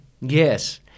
Yes